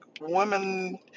Women